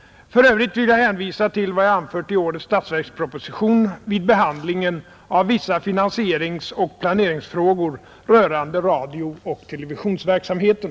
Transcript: en vid Sveriges För övrigt vill jag hänvisa till vad jag anfört i årets statsverksproposiä tion vid behandlingen av vissa finansieringsoch planeringsfrågor rörande radiooch televisionsverksamheten.